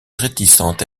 réticente